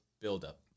buildup